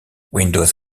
windows